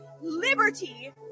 liberty